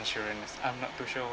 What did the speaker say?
insurance I'm not too sure